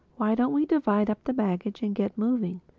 why don't we divide up the baggage and get moving.